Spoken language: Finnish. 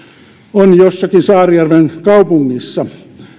on jossakin saarijärven kaupungissa